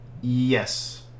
Yes